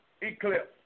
eclipse